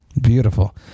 Beautiful